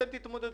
אתם תתמודדו.